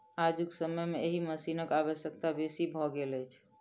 आजुक समय मे एहि मशीनक आवश्यकता बेसी भ गेल अछि